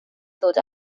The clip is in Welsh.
ddod